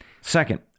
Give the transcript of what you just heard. Second